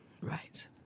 Right